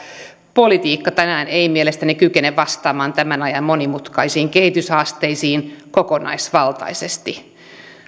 politiikka tänään ei mielestäni kykene vastaamaan tämän ajan monimutkaisiin kehityshaasteisiin kokonaisvaltaisesti